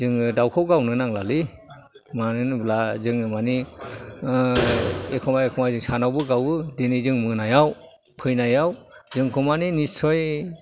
जोङो दावखौ गावनो नांलालै मानो होनोब्ला जोङो मानि एखमबा एखमबा जों सानावबो गावो दिनै जों मोनायाव फैनायाव जोंखौ मानि निसय